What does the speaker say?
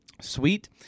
sweet